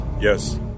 Yes